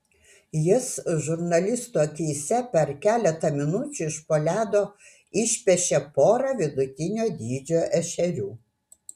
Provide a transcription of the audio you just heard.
jis žurnalistų akyse per keletą minučių iš po ledo išpešė porą vidutinio dydžio ešerių